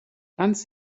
ganz